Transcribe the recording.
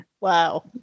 Wow